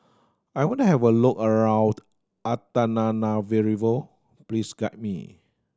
I want to have a look around Antananarivo please guide me